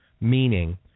meaning